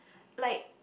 like